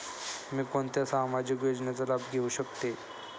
मी कोणत्या सामाजिक योजनेचा लाभ घेऊ शकते?